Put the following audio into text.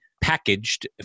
packaged